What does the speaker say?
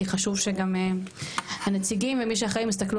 כי חשוב שגם הנציגים ומי שאחראים יסתכלו